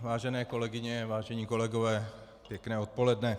Vážené kolegyně, vážení kolegové, pěkné odpoledne.